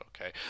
okay